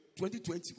2020